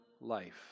life